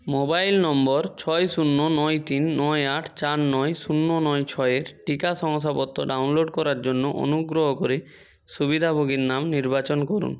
mobile নম্বর ছয় শূন্য নয় তিন নয় আট চার নয় শূন্য নয় ছয়ের টিকা শংসাপত্র ডাউনলোড করার জন্য অনুগ্রহ করে সুবিধাভোগীর নাম নির্বাচন করুন